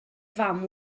fam